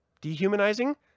Dehumanizing